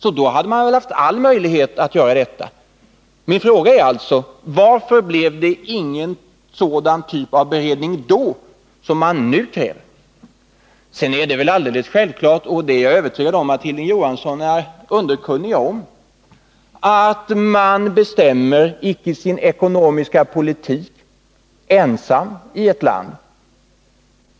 Man hade väl haft alla möjligheter att göra det. Jag frågar alltså: Varför blev det ingen sådan typ av beredning då som man nu kräver? Sedan är det väl alldeles självklart — och jag är övertygad om att Hilding Johansson är underkunnig om det — att en regering icke ensam bestämmer sin ekonomiska politik i landet.